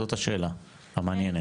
זו השאלה המעניינת.